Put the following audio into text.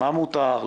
מה מותר,